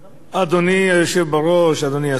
אדוני היושב בראש, אדוני השר,